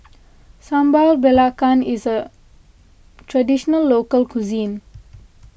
Sambal Belacan is a Traditional Local Cuisine